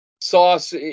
Sauce